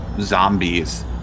Zombies